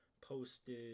posted